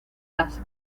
las